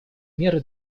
меры